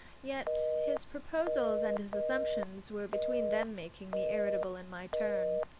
yet his proposals and his assumptions were between them making me irritable in my turn.